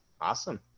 Awesome